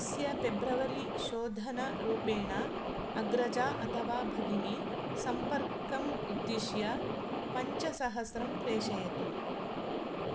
अस्य फेब्रवरी शोधनरुपेण अग्रजा अथवा भगिनी सम्पर्कम् उद्दिश्य पञ्चसहस्रं प्रेषयतु